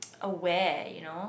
aware you know